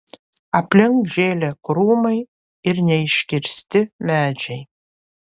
aplink žėlė krūmai ir neiškirsti medžiai